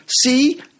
See